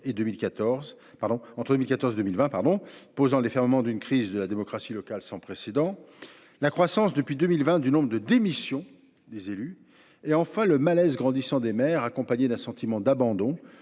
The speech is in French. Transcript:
entre 2014 et 2020, posant les ferments d’une crise de la démocratie locale sans précédent ; ensuite, la croissance depuis 2020 du nombre de démissions d’élus municipaux ; enfin, le malaise grandissant des maires, accompagné d’un sentiment d’abandon,